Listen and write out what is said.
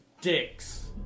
dicks